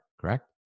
correct